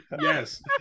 yes